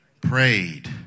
prayed